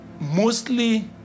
mostly